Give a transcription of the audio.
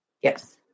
Yes